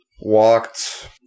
Walked